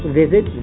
visit